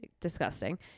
disgusting